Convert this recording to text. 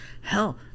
Hell